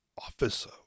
office